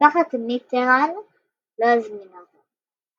משפחת מיטראן לא הזמינה אותם.